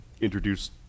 introduce